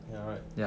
you're right